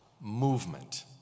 movement